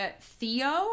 Theo